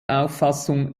auffassung